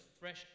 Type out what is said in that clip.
fresh